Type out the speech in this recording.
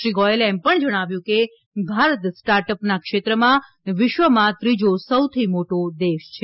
શ્રી ગોયલે એમ પણ જણાવ્યું કે ભારત સ્ટાર્ટઅપના ક્ષેત્રમાં વિશ્વમાં ત્રીજો સૌથી મોટો દેશ છે